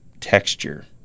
texture